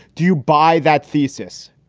do you buy that thesis?